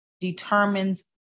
determines